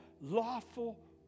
lawful